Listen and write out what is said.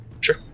Sure